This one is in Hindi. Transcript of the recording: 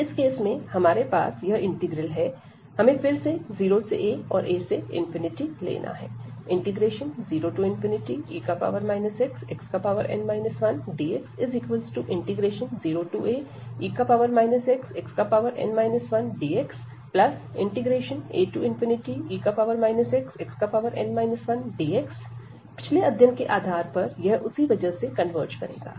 तो इस केस में हमारे पास यह इंटीग्रल है हमें फिर से 0 से a और a से लेना है 0e xxn 1dx0ae xxn 1dxae xxn 1dx पिछले अध्ययन के आधार पर यह उसी वजह से कन्वर्ज करेगा